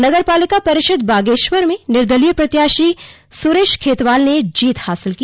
नगर पालिका परिषद बागेश्वर में निर्दलीय प्रत्याशी सुरेश खेतवाल ने जीत हासिल की